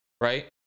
right